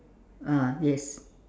ah yes